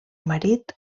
marit